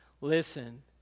Listen